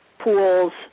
Pools